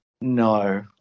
no